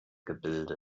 gebildet